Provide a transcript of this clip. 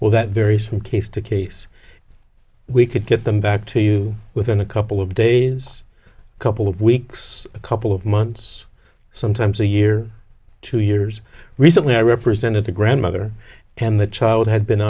well that varies from case to case we could get them back to you within a couple of days couple of weeks a couple of months sometimes a year two years recently i represented the grandmother and the child had been